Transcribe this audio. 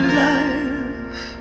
life